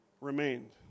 remained